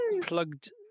plugged